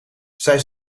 zij